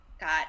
got